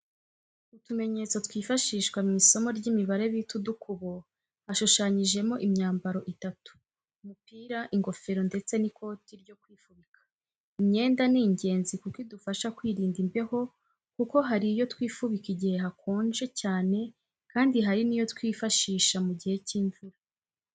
Utumenyetso twifashishwa mu isomo ry'imibare bita udukubo hashushanyijemo imyambaro itatu, umupira, ingofero ndetse n'ikoti ryo kwifubika. Imyenda ni ingenzi kuko idufasha kwirinda imbeho kuko hari iyo twifubika igihe hakonje cyane kandi hari n'iyo twifashisha mu gihe cy'imvura.